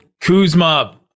Kuzma